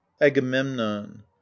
Agamemnon